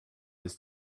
his